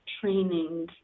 training